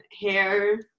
hair